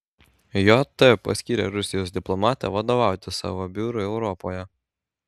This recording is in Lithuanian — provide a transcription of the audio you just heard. jt paskyrė rusijos diplomatę vadovauti savo biurui europoje